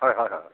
হয় হয় হয়